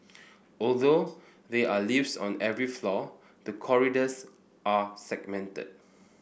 although they are lifts on every floor the corridors are segmented